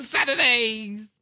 Saturdays